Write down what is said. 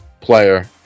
player